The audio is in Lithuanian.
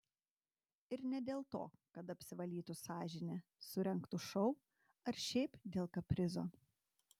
ir ne dėl to kad apsivalytų sąžinę surengtų šou ar šiaip dėl kaprizo